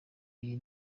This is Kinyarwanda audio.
y’iyi